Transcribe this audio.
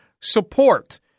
support